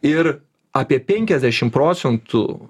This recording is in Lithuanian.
ir apie penkiasdešimt procentų